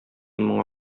моңа